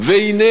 והנה,